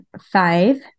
five